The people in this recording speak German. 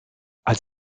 als